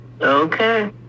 Okay